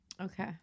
Okay